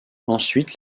ensuite